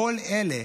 כל אלה,